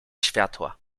światła